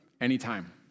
anytime